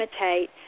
imitate